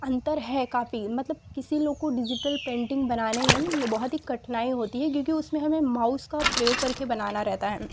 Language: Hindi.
अंतर है काफ़ी मतलब किसी लोग को डिजिटल पेंटिंग बनाने में बहुत ही कठिनाई होती है क्योंकि उसमें हमें माउस का प्रयोग करके बनाना रहता है